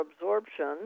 absorption